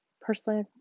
personally